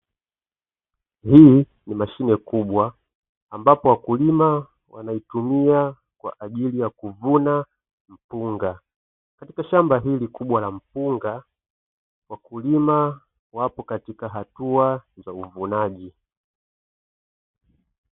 Hii ni mashine kubwa ambapo wakulima wanaitumia kwa ajili ya kuvuna mpunga. Katika shamba hili kubwa la mpunga, wakulima wapo katika hatua za uvunaji.